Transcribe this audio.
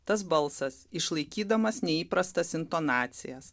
tas balsas išlaikydamas neįprastas intonacijas